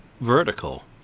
vertical